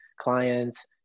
clients